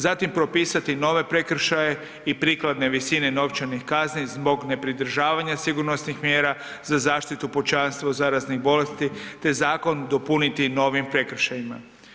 Zatim propisati nove prekršaje i prikladne visine novčanih kazni zbog nepridržavanja sigurnosnih mjera za zaštitu pučanstva od zaraznih bolesti te zakon dopuniti novim prekršajima.